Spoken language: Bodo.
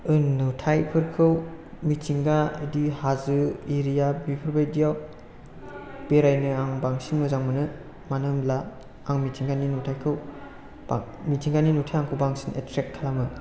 नुथायफोरखौ मिथिंगा हाजो एरिया बेफोरबायदियाव बेरायनो आं बांसिन मोजां मोनो मानो होनब्ला आं मिथिंगानि नुथायखौ बा मिथिंगानि नुथाया आंखौ बांसिन एथ्रेक्ट खालामो